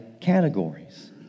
categories